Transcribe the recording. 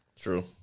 True